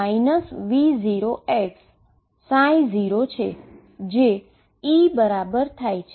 સમીકરણ V0xψ જે E બરાબર થાય છે